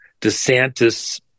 DeSantis